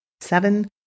Seven